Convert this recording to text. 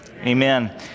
Amen